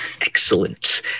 excellent